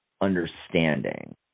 understanding